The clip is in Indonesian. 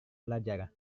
belajar